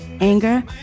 anger